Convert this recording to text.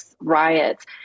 riots